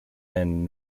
and